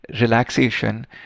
relaxation